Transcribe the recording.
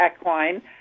equine